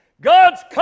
God's